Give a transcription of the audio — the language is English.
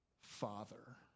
father